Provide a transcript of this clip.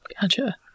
Gotcha